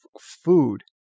food